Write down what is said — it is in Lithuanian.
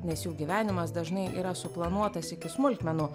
nes jų gyvenimas dažnai yra suplanuotas iki smulkmenų